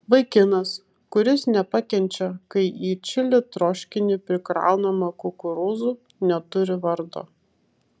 vaikinas kuris nepakenčia kai į čili troškinį prikraunama kukurūzų neturi vardo